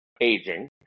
aging